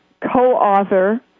co-author